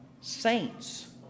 saints